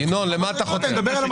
ינון, למה אתה חותר?